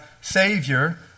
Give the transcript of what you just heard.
Savior